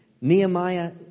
Nehemiah